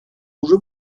уже